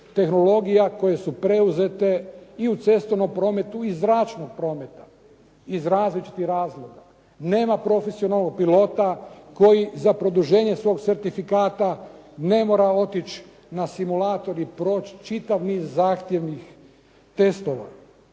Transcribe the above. tehnologija koje su preuzete i u cestovnom prometu i iz zračnog prometa, iz različitih razloga. Nema profesionalnog pilota koji za produženje svoga certifikata ne mora otići na simulator i proći čitav niz zahtjevnih testova.